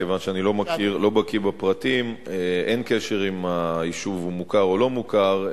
כיוון שאני לא בקי בפרטים: אין קשר אם היישוב מוכר או לא-מוכר.